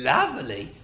Lovely